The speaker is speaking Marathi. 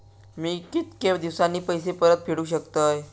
मी कीतक्या दिवसांनी पैसे परत फेडुक शकतय?